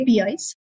APIs